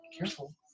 Careful